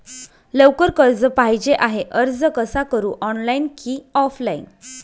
लवकर कर्ज पाहिजे आहे अर्ज कसा करु ऑनलाइन कि ऑफलाइन?